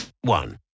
one